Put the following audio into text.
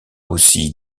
aussi